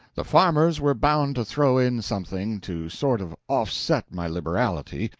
the farmers were bound to throw in something, to sort of offset my liberality,